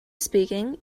speaking